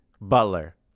Butler